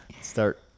Start